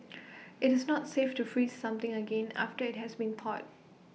IT is not safe to freeze something again after IT has been thawed